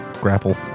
Grapple